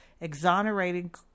exonerating